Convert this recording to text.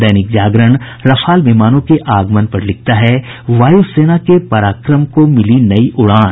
दैनिक Jagran Rafale विमानों के आगमन पर लिखता है वायु सेना के पराक्रम को मिली नई उड़ान